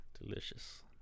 Delicious